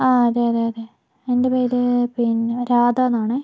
ആ അതെയതേയതേ എൻ്റെ പേര് പിന്നെ രാധ എന്നാണേ